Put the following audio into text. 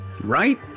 Right